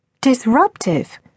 Disruptive